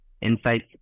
insights